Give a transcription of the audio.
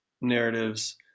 narratives